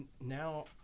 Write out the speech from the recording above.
now